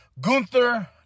Gunther